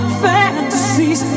fantasies